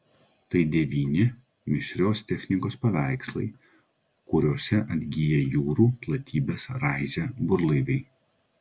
tai devyni mišrios technikos paveikslai kuriose atgyja jūrų platybes raižę burlaiviai